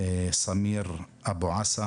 סמיר אבו עסא